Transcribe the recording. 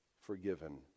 forgiven